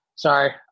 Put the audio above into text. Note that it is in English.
Sorry